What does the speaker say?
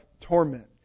Torment